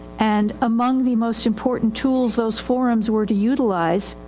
and among the most important tools those forums were to utilize